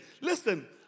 Listen